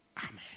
Amen